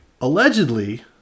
Allegedly